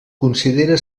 considera